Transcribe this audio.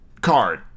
card